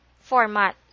format